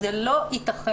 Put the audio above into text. זה לא ייתכן.